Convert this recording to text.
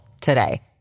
today